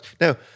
Now